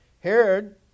Herod